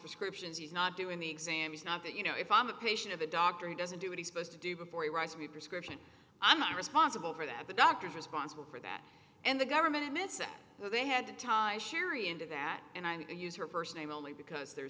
prescriptions he's not doing the exam he's not that you know if i'm a patient of a doctor who doesn't do what he's supposed to do before he writes me a prescription i'm not responsible for that the doctors responsible for that and the government admits that they had to tie sherry into that and i think they use her first name only because the